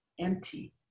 empty